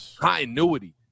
continuity